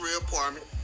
apartment